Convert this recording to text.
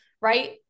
right